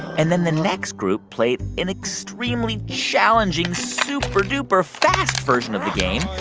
and then the next group played an extremely challenging, super-duper fast version of the game,